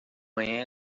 amanhã